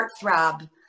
heartthrob